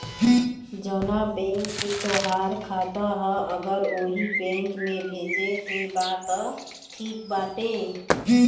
जवना बैंक के तोहार खाता ह अगर ओही बैंक में भेजे के बा तब त ठीक बाटे